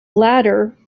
latter